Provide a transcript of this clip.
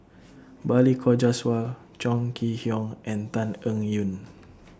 Balli Kaur Jaswal Chong Kee Hiong and Tan Eng Yoon